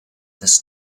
this